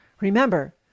remember